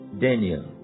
Daniel